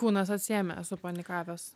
kūnas atsiėmė supanikavęs